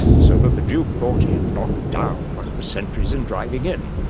so that the duke thought he had knocked down one of the sentries in driving in.